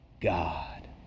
God